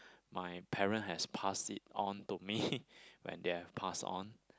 my parent has passed it on to me when they have passed on